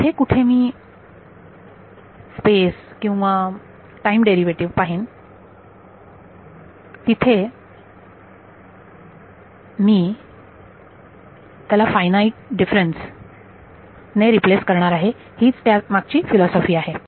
जिथे कुठे मी मी स्पेस किंवा टाईम डेरिव्हेटिव्ह पाहेन तिथे मी मी त्याला फायनाईट डिफरेन्स ने रिप्लेस करणार आहे हीच त्यामागची फिलॉसोफी आहे